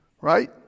right